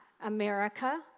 America